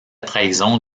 trahison